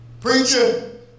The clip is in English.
preacher